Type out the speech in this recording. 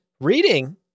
reading